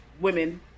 women